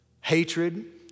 hatred